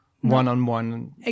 one-on-one